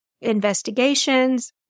investigations